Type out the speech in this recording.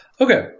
Okay